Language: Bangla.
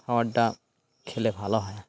খাবারটা খেলে ভালো হয়